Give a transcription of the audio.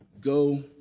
go